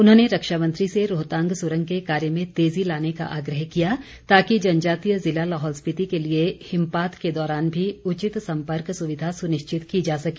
उन्होंने रक्षामंत्री से रोहतांग सुरंग के कार्य में तेजी लाने का आग्रह किया ताकि जनजातीय जिले लाहौल स्पिति के लिए हिमपात के दौरान भी उचित सम्पर्क सुविधा सुनिश्चित की जा सके